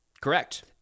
Correct